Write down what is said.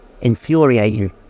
infuriating